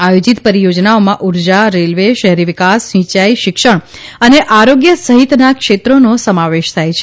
આયોજિત પરિયોજનાઓમાં ઉર્જા રેલવે શહેરીવિકાસ સિંચાઇ શિક્ષણ અને આરોગ્ય સહિતના ક્ષેત્રોનો સમાવેશ થાય છે